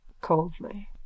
coldly